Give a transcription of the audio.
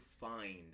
find